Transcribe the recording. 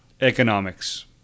economics